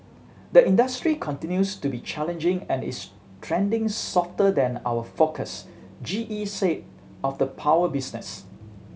the industry continues to be challenging and is trending softer than our forecast G E said of the power business